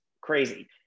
crazy